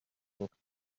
luxus